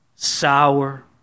Sour